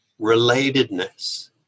relatedness